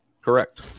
Correct